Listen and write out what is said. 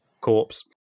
corpse